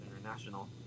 International